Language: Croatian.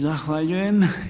Zahvaljujem.